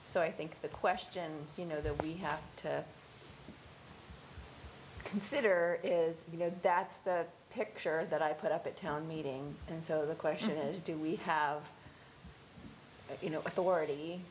so i think the question you know that we have to consider is you know that's the picture that i put up at town meeting and so the question is do we have